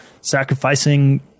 sacrificing